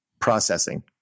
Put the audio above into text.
processing